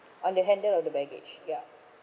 on the handle of the baggage ya